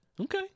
Okay